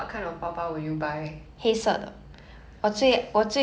okay handbag or like sling or